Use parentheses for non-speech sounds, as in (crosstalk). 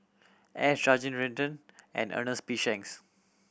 (unintelligible) and Ernest P Shanks